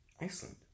Iceland